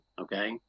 Okay